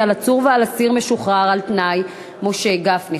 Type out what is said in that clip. על עצור ועל אסיר משוחרר על-תנאי משה גפני.